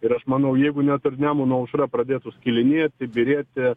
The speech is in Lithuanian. ir aš manau jeigu net ir nemuno aušra pradėtų skilinėti byrėti